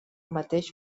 mateix